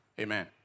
Amen